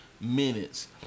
minutes